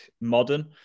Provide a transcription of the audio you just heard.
modern